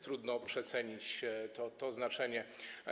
Trudno przecenić to znaczenie.